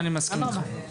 אני מסכים איתך.